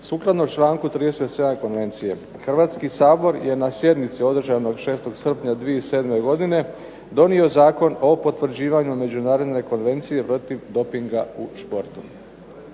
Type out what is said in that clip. sukladno članku 37. Konvencije. Hrvatski sabor je na sjednici održanoj 6. srpnja 2007. godine donio Zakon o potvrđivanju Međunarodne konvencije protiv dopinga u športu.